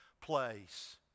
place